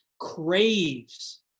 craves